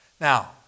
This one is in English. Now